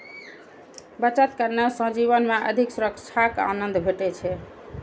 बचत करने सं जीवन मे अधिक सुरक्षाक आनंद भेटै छै